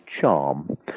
charm